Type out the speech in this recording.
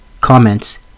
Comments